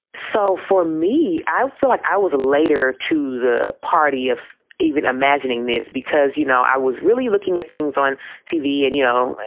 so for me, i feel like i was later to the party of even imagining this, because, you know, i was really looking at things on tv. and, you know,